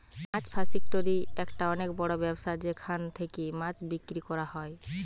মাছ factory একটা অনেক বড় ব্যবসা যেখান থেকে মাছ বিক্রি করা হয়